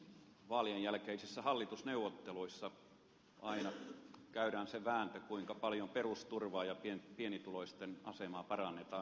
vaalien jälkeisissä hallitusneuvotteluissa aina käydään se vääntö kuinka paljon perusturvaa ja pienituloisten asemaa parannetaan